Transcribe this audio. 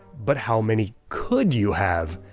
but how many could you have?